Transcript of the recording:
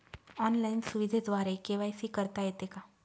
Online सुविधेद्वारे KYC करता येते का?